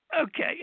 Okay